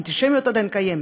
אנטישמיות עדיין קיימת.